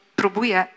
próbuje